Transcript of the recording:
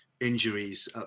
injuries